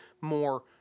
more